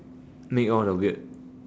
make all the weird